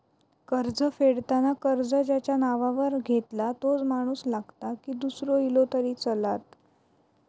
कर्ज फेडताना कर्ज ज्याच्या नावावर घेतला तोच माणूस लागता की दूसरो इलो तरी चलात?